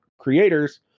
creators